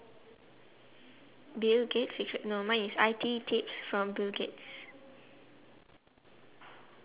uh two beside got one two three four five six seven yeah the last one is green